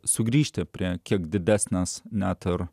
sugrįžti prie kiek didesnės net ir